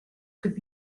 could